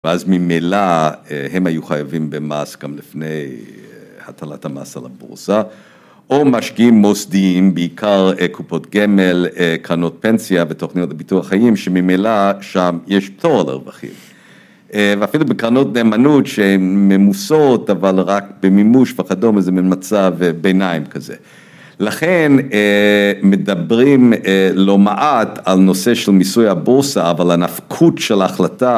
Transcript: ‫ואז ממילא הם היו חייבים במס ‫גם לפני הטלת המס על הבורסה, ‫או משקיעים מוסדיים, ‫בעיקר קופות גמל, ‫קרנות פנסיה בתוכניות הביטוח החיים, ‫שממילא שם יש פטור על הרווחים. ‫ואפילו בקרנות נאמנות שממוסות, ‫אבל רק במימוש וכדומה, ‫זה מין מצב ביניים כזה. ‫לכן מדברים לא מעט ‫על נושא של מיסוי הבורסה, ‫אבל הנפקות של ההחלטה,